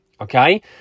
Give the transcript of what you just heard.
Okay